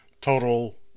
total